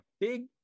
big